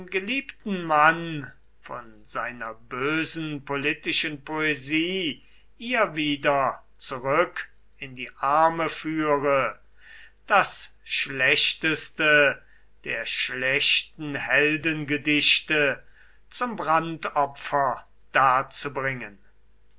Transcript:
geliebten mann von seiner bösen politischen poesie ihr wieder zurück in die arme führe das schlechteste der schlechten heldengedichte zum brandopfer darzubringen